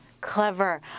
Clever